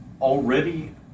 already